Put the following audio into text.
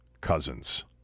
Cousins